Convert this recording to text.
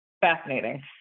Fascinating